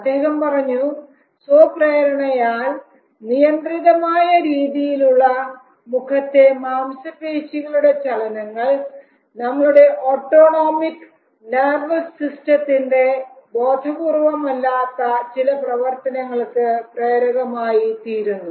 അദ്ദേഹം പറഞ്ഞു സ്വപ്രേരണയാൽ നിയന്ത്രിതമായ രീതിയിലുള്ള മുഖത്തെ മാംസപേശികളുടെ ചലനങ്ങൾ നമ്മുടെ ഓട്ടോണോമിക് നെർവസ് സിസ്റ്റത്തിന്റെ ബോധപൂർവ്വമല്ലാത്ത ചില പ്രവർത്തനങ്ങൾക്ക് പ്രേരകമായി തീരുന്നു